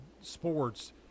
sports